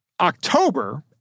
October